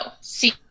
see